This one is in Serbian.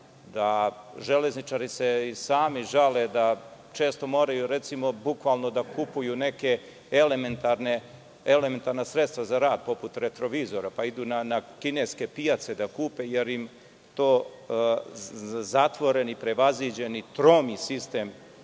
da železničari se i sami žale da često moraju da kupuju neka elementarna sredstva za rad, poput retrovizora, pa idu na kineske pijace da kupe, jer im to zatvoreni, prevaziđeni, tromi sistem